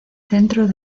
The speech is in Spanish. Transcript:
centro